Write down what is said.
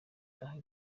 nta